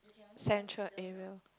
central area